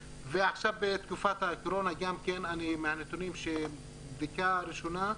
עכשיו בתקופת הקורונה, מהנתונים מבדיקה ראשונה,